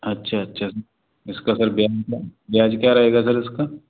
अच्छा अच्छा इसका सर ब्याज ब्याज क्या रहेगा सर इसका